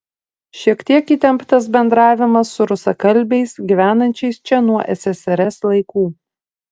šiek tiek įtemptas bendravimas su rusakalbiais gyvenančiais čia nuo ssrs laikų